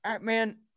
man